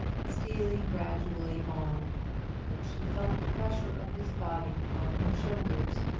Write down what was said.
stealing gradually on till she felt the pressure of his body on her shoulders.